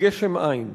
וגשם אין.